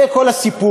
זה כל הסיפור.